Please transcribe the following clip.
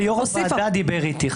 אבל יו"ר הוועדה דיבר איתי,